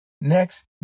Next